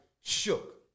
shook